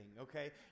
okay